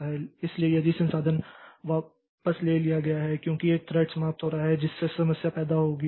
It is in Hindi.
इसलिए यदि संसाधन वापस ले लिया गया है क्योंकि एक थ्रेडसमाप्त हो रहा है जिससे समस्या पैदा होगी